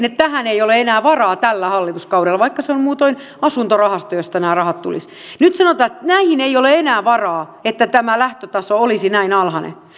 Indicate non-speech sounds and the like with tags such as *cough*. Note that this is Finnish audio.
*unintelligible* että tähän ei ole enää varaa tällä hallituskaudella kaikki tuet perutaan vaikka se on muutoin asuntorahasto josta nämä rahat tulisivat nyt sanotaan että näihin ei ole enää varaa että tämä lähtötaso olisi näin alhainen